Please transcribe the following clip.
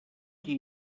qui